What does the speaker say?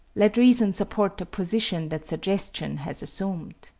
let reason support the position that suggestion has assumed.